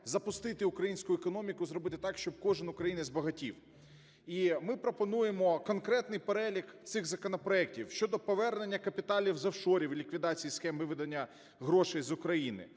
запустити українську економіку. Зробити так, щоб кожен українець збагатів. І ми пропонуємо конкретний перелік цих законопроектів: щодо повернення капіталів з офшорів і ліквідації схем виведення грошей з України;